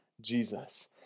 Jesus